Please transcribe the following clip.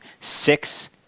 six